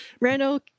Randall